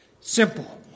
Simple